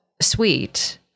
sweet